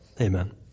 Amen